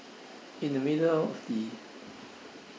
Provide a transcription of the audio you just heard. in the middle of the